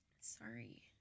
Sorry